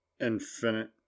infinite